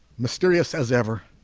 mysterious as ever